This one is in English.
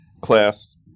class